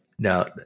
Now